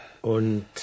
Und